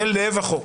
זה לב החוק.